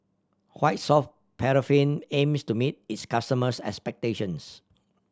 White Soft Paraffin aims to meet its customers' expectations